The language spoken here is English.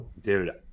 Dude